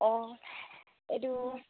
অঁ এইটো